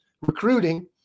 recruiting